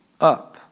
up